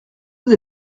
vous